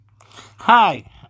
Hi